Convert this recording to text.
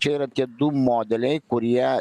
čia yra tie du modeliai kurie